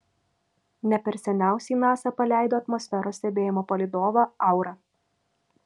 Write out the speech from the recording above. ne per seniausiai nasa paleido atmosferos stebėjimo palydovą aura